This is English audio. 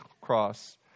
cross